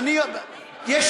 תעודות זהות,